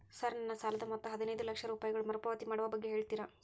Sir ನನ್ನ ಸಾಲದ ಮೊತ್ತ ಹದಿನೈದು ಲಕ್ಷ ರೂಪಾಯಿಗಳು ಮರುಪಾವತಿ ಮಾಡುವ ಬಗ್ಗೆ ಹೇಳ್ತೇರಾ?